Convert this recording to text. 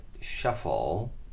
Shuffle